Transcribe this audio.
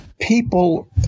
people